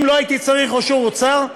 אם לא הייתי צריך אישור אוצר,